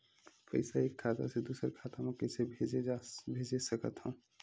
पईसा एक खाता से दुसर खाता मा कइसे कैसे भेज सकथव?